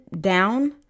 down